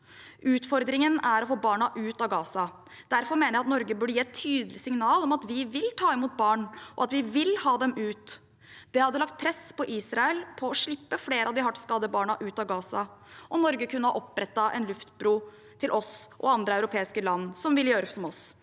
Utfordringen er å få barna ut av Gaza. Derfor mener jeg at Norge burde gi et tydelig signal om at vi vil ta imot barn, og at vi vil ha dem ut. Det ville ha lagt press på Israel om å slippe flere av de hardt skadde barna ut av Gaza, og Norge kunne ha opprettet en luftbro til oss og andre europeiske land som vil gjøre som oss.